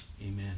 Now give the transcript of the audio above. Amen